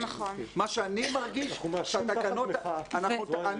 מה שאני מרגיש שהתקנות האלה --- אנחנו מאשרים --- אני,